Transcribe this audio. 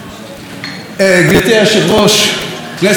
גברתי היושבת-ראש, כנסת נכבדה,